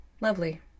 Lovely